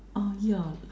uh ya